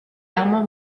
armand